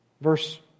verse